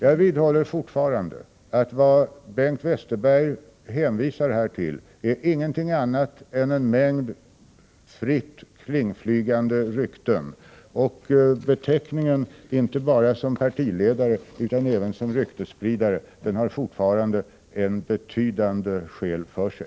Jag vidhåller att vad Bengt Westerberg hänvisar till ingenting annat är än en mängd fritt kringflygande rykten och att beteckningen inte bara partiledare utan även ryktesspridare fortfarande har betydande skäl för sig.